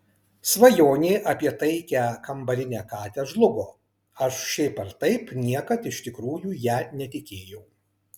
svajonė apie taikią kambarinę katę žlugo aš šiaip ar taip niekad iš tikrųjų ja netikėjau